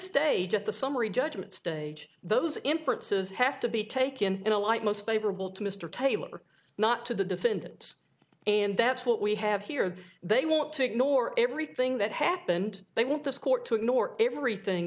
stage at the summary judgment stage those inferences have to be taken in the light most favorable to mr taylor not to the defendant and that's what we have here they want to ignore everything that happened they want this court to ignore everything